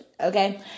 okay